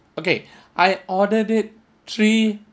okay I ordered it three